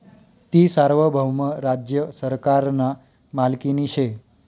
ती सार्वभौम राज्य सरकारना मालकीनी शे